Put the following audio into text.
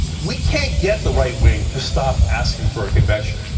we can't get the right-wing to stop asking for a convention,